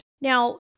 Now